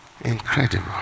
Incredible